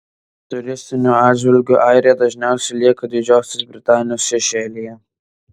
turistiniu atžvilgiu airija dažniausiai lieka didžiosios britanijos šešėlyje